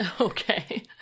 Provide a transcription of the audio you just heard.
Okay